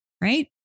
right